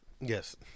Yes